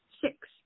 Six